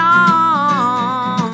on